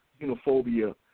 xenophobia